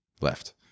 left